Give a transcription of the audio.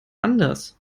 anders